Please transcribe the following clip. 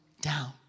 down